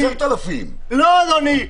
זה 10,000. לא, אדוני.